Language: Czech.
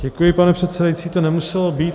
Děkuji, pane předsedající, to nemuselo být.